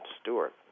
Stewart